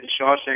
Shawshank